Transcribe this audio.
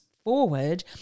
forward